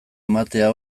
ematea